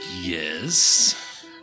Yes